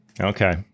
Okay